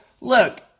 look